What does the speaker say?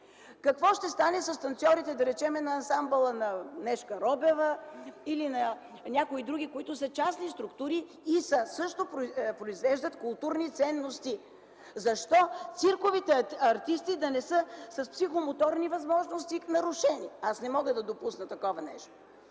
Какво ще стане с танцьорите, да речем, от ансамбъла на Нешка Робева или някои други, които са в частни структури и също произвеждат културни ценности? Защо цирковите артисти да не са с психомоторни възможности и в нарушение? Аз не мога да допусна такова нещо.